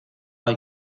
hay